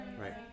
Right